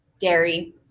dairy